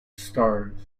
stars